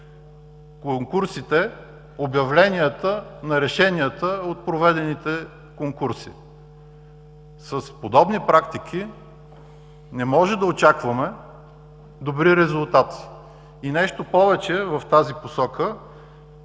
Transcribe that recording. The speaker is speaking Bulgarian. конкурсите, обявленията на решенията от проведените конкурси. С подобни практики не можем да очакваме добри резултати. Нещо повече в тази посока